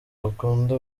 bakunda